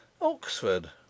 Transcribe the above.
Oxford